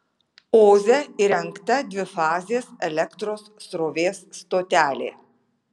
oze įrengta dvifazės elektros srovės stotelė